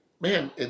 man